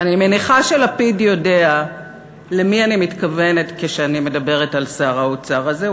אני מניחה שלפיד יודע למי אני מתכוונת כשאני מדברת על שר האוצר הזה.